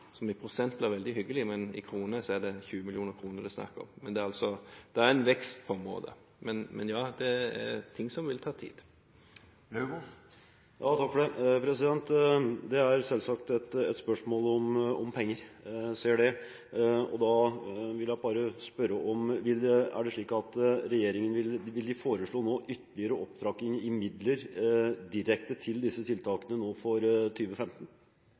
som i prosent blir veldig hyggelig, men i kroner er det 20 millioner det er snakk om. Det er en vekst på en måte, men det er ting som vil ta tid. Det er selvsagt et spørsmål om penger, jeg ser det, og da vil jeg bare spørre: Er det slik at regjeringen vil foreslå ytterligere opptrapping av midler direkte til disse tiltakene for 2015? Det er blitt bevilget mer penger for